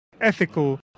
ethical